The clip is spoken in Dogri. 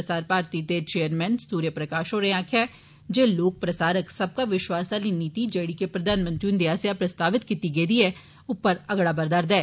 प्रसार भारती दे चेयरमैन सूर्य प्रकाश होरें आक्खेआ जे लोक प्रसारक सबका विश्वास आली नीति जेड़ी के प्रधानमंत्री हुंदे आस्सेआ प्रस्तावित कीती ऐ उप्पर अगड़ा बदा रदा ऐ